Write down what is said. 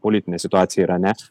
politinė situacija irane